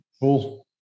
Cool